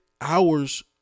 hours